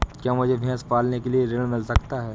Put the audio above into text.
क्या मुझे भैंस पालने के लिए ऋण मिल सकता है?